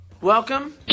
Welcome